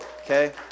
Okay